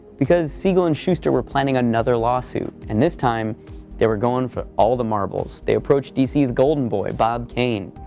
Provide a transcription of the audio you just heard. because siegel and shuster were planning another lawsuit, and this time they were going for all the marbles. they approached dc's golden boy, bob kane.